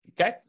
okay